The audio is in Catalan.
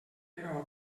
però